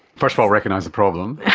first of all recognise the problem.